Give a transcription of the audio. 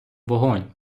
вогонь